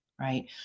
right